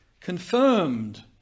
confirmed